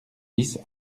dix